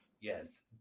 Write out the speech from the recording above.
Yes